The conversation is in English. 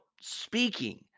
speaking